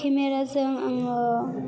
केमेराजों आङो